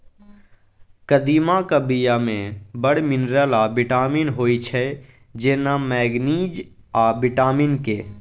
कदीमाक बीया मे बड़ मिनरल आ बिटामिन होइ छै जेना मैगनीज आ बिटामिन के